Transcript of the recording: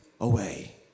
away